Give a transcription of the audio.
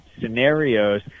scenarios